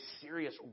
serious